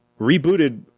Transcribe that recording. rebooted